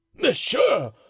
Monsieur